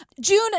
June